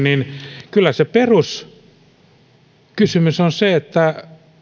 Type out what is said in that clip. niin kyllä se peruskysymys on se että